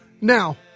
Now